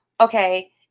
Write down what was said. Okay